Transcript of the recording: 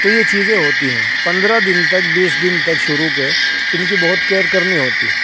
تو یہ چیزیں ہوتی ہیں پندرہ دن تک بیس دن تک شروع کے ان کی بہت کیئر کرنی ہوتی ہے